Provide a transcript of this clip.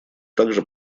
также